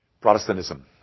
Protestantism